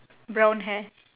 brown hair